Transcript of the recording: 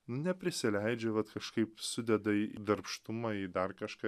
neprisileidžia vat kažkaip sudeda į darbštumą į dar kažką